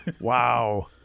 wow